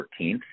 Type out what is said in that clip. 14th